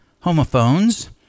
homophones